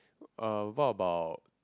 uh what about